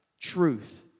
truth